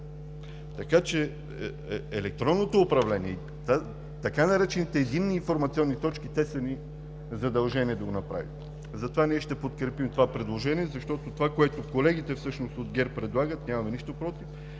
така че електронното управление, така наречените единни информационни точки те са ни задължение да го направим. Затова ние ще подкрепим това предложение, защото това, което колегите всъщност от ГЕРБ предлагат нямаме нищо против,